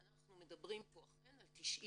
אנחנו מדברים פה אכן על 90 עובדים,